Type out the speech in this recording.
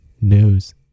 News